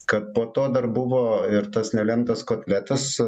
kad po to dar buvo ir tas nelemtas kotletas